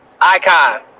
icon